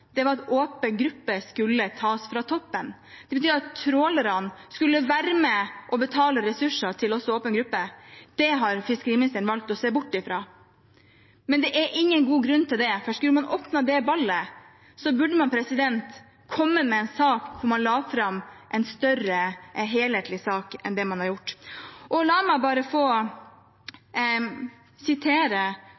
Det var at åpen gruppe skulle tas fra toppen. Det betyr at trålerne skulle være med og betale ressurser til åpen gruppe også. Det har fiskeriministeren valgt å se bort fra. Men det er ingen god grunn til det, for skulle man åpnet det ballet, burde man ha lagt fram en større og mer helhetlig sak enn det man har gjort. La meg fortelle hva landsstyret i Fiskarlaget vedtok for få